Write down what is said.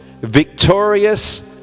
victorious